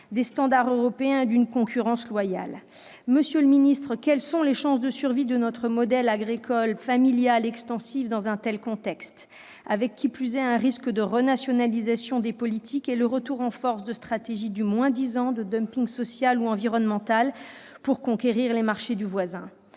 des standards européens et d'une concurrence loyale. Monsieur le ministre, quelles sont les chances de survie de notre modèle agricole familial et extensif dans un tel contexte ? Avec, qui plus est, un risque de renationalisation des politiques et le retour en force des stratégies du moins-disant, de dumping social et environnemental, pour conquérir les marchés du voisin.